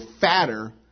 fatter